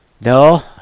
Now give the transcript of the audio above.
no